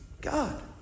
God